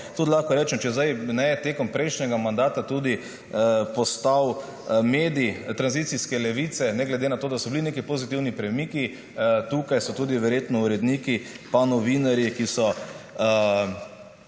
Tudi lahko rečem, če je v času prejšnjega mandata tudi postal medij tranzicijske levice, ne glede na to, da so bili neki pozitivni premiki, tukaj so tudi verjetno uredniki pa novinarji, ki so